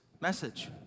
message